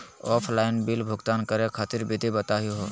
Offline bill भुगतान करे खातिर विधि बताही हो?